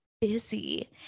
busy